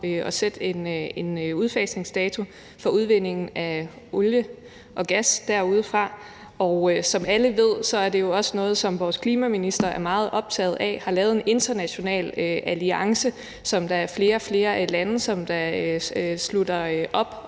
at sætte en udfasningsdato for udvinding af olie og gas derudefra. Og som alle ved, er det jo også noget, som vores klimaminister er meget optaget af og har lavet en international alliance for, som der er flere og flere lande der slutter op